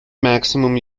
maximum